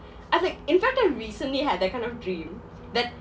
I think like in fact I've recently had that kind of dream that